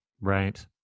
Right